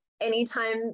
anytime